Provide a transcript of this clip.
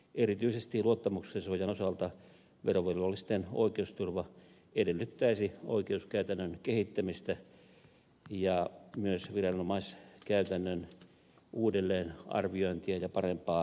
erityisesti luottamuksensuojan osalta verovelvollisten oikeusturva edellyttäisi oikeuskäytännön kehittämistä ja myös viranomaiskäytännön uudelleenarviointia ja parempaa valvontaa